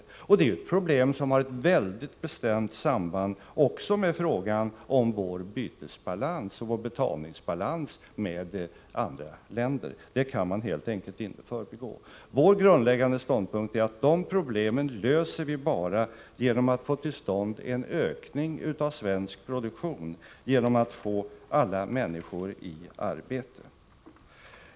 Det är problem som har ett mycket bestämt samband med frågan om vår bytesbalans och vår betalningsbalans med andra länder. Det kan man helt enkelt inte förbigå. Vår grundläggande ståndpunkt är att de problemen löser vi bara genom att få till stånd en ökning av svensk produktion, genom att få alla människor i arbete.